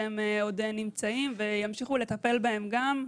שעוד נמצאים וימשיכו לטפל בהם.